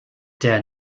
der